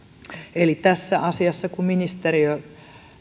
eli kun ministeriö tässä asiassa